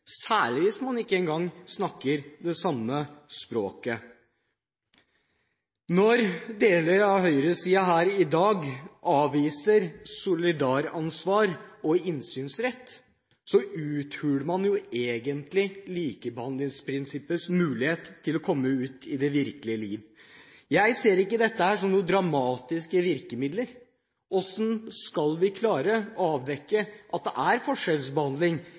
særlig hvis man ikke engang snakker det samme språket. Ved at høyresiden her i dag avviser solidaransvar og innsynsrett, uthuler man egentlig muligheten for at likebehandlingsprinsippet kommer ut i det virkelige liv. Jeg ser ikke dette som dramatiske virkemidler. Hvordan skal vi klare å avdekke forskjellsbehandling, hvis vi ikke samarbeider med de tillitsvalgte, som har muligheten til å sjekke det